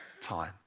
time